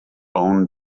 own